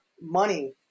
money